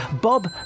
Bob